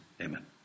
Amen